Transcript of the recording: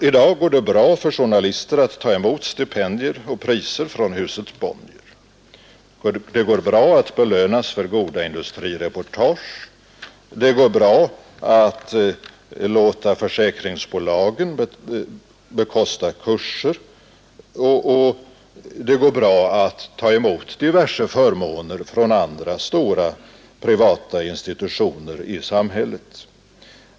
I dag går det bra för journalister att ta emot stipendier och priser från huset Bonnier. Det går bra att belönas för goda industrireportage. Det går bra att låta försäkringsbolagen bekosta kurser och det går bra att ta emot diverse förmåner från andra stora privata institutioner i samhället.